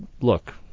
look